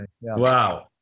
wow